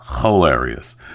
hilarious